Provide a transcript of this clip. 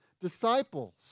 disciples